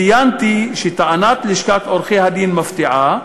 ציינתי שטענת לשכת עורכי-הדין מפתיעה,